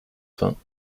vingts